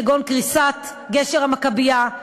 כגון קריסת גשר המכבייה,